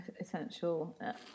essential